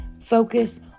focus